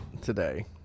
today